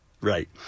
Right